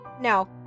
No